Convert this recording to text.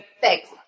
Thanks